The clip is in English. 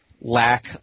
Lack